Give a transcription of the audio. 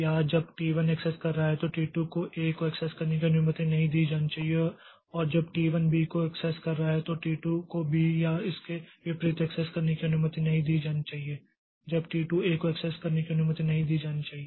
या जब T 1 access कर रहा है तो T 2 को A को एक्सेस करने की अनुमति नहीं दी जानी चाहिए और जब T 1 B को एक्सेस कर रहा है तो T 2 को B या इसके विपरीत एक्सेस करने की अनुमति नहीं दी जानी चाहिए जब T 2 A को एक्सेस करने की अनुमति नहीं दी जानी चाहिए